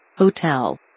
Hotel